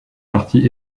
partie